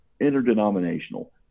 interdenominational